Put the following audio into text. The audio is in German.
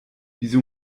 wieso